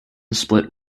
split